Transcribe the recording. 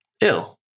ill